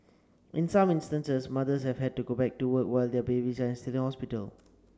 in some instances mothers have had to go back to work while their babies are still in hospital